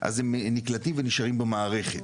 אז הם נקלטים ונשארים במערכת.